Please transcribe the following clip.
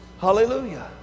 hallelujah